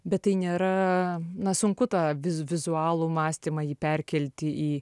bet tai nėra na sunku tą vi vizualų mąstymą jį perkelti į